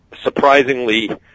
surprisingly